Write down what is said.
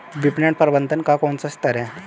विपणन प्रबंधन का कौन सा स्तर है?